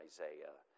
Isaiah